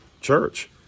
church